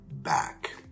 Back